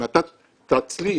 אם אתה תצליח